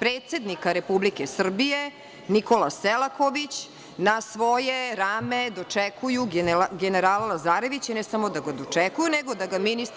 predsednika Republike Srbije, Nikola Selaković, na svoje rame dočekuju generala Lazarevića, i ne samo da ga dočekuju, nego da ga ministar